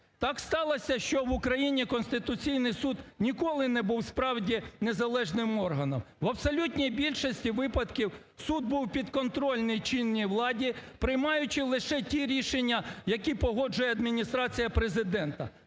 Так сталося, що в Україні Конституційний Суд ніколи не був справді незалежним органом, в абсолютній більшості випадків суд був підконтрольний чинній владі, приймаючи лише ті рішення, які погоджує Адміністрація Президента,